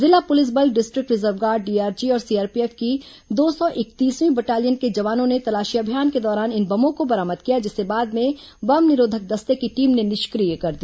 जिला पुलिस बल district reserve guard DRG और सीआरपीएफ की दो सौ इकतीसवीं बटालियन के जवानों ने तलाशी अभियान के दौरान इन बमों को बरामद किया जिसे बाद में बम निरोधक दस्ते की टीम ने निष्क्रिय कर दिया